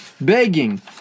begging